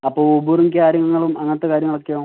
അപ്പോൾ ഊബറും കാര്യങ്ങളും അങ്ങനത്തെ കാര്യങ്ങളൊക്കെയോ